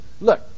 look